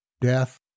death